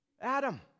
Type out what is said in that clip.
Adam